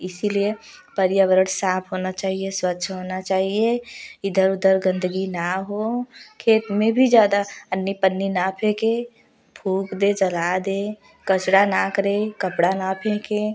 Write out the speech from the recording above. इसलिए पर्यावरण साफ होना चाहिए स्वच्छ होना चाहिए इधर उधर गंदगी न हो खेत में भी ज़्यादा अन्नी पन्नी न फेंके फूँक दे जला दें कचरा न करें कपड़ा न फेंके